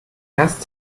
erst